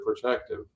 protective